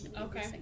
Okay